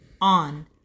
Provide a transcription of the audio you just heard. on